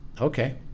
Okay